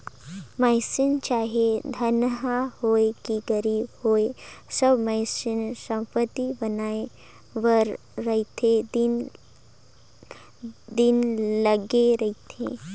मइनसे चाहे धनहा होए कि गरीब होए सब मइनसे संपत्ति बनाए बर राएत दिन लगे रहथें